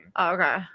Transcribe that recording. Okay